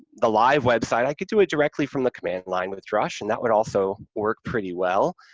the live website, i could do it directly from the command line with drush, and that would also work pretty well.